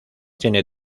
tiene